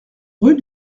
rue